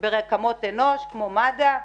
ברקמות אנוש כמו מד"א.